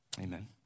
amen